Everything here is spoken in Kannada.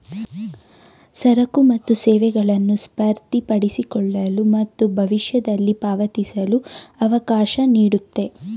ಸರಕು ಮತ್ತು ಸೇವೆಗಳನ್ನು ಸ್ವಾಧೀನಪಡಿಸಿಕೊಳ್ಳಲು ಮತ್ತು ಭವಿಷ್ಯದಲ್ಲಿ ಪಾವತಿಸಲು ಅವಕಾಶ ನೀಡುತ್ತೆ